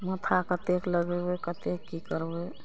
माथा कतेक लगेबय कतेक की करबय